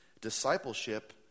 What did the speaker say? Discipleship